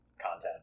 content